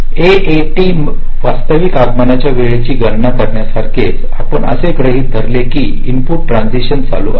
AAT वास्तविक आगमनाच्या वेळेची गणना करण्यासारखेच आपण असे गृहित धरले की इनपुट ट्रान्झिशन चालू आहेत